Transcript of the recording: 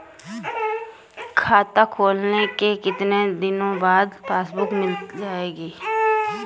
खाता खोलने के कितनी दिनो बाद पासबुक मिल जाएगी?